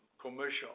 commercial